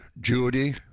Judy